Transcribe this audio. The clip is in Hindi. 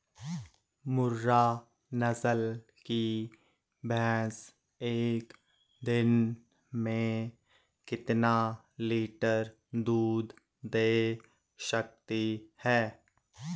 मुर्रा नस्ल की भैंस एक दिन में कितना लीटर दूध दें सकती है?